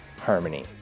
harmony